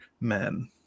Men